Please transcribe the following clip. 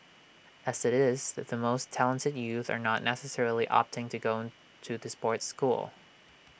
as IT is the most talented youth are not necessarily opting to go to the sports school